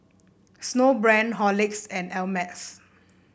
Snowbrand Horlicks and Ameltz